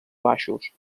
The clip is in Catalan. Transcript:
baixos